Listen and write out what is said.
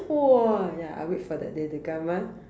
!whoa! ya I wait for that day to come ah